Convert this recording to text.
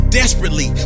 desperately